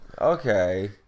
Okay